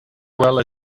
well